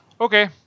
Okay